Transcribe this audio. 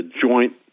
joint